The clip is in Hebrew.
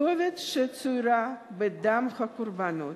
כתובת שצוירה בדם הקורבנות.